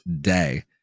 Day